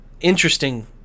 interesting